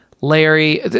Larry